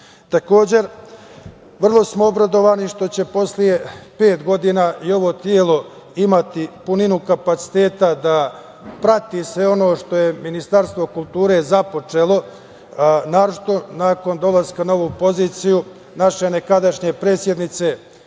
saveta. Takođe, vrlo smo obradovani što će posle pet godina i ovo telo ima puninu kapaciteta da prati sve ono što je Ministarstvo kulture započelo, naročito nakon dolaska na ovu poziciju naše nekadašnje predsednice